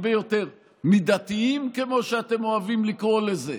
הרבה יותר מידתיים, כמו שאתם אוהבים לקרוא לזה.